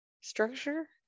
structure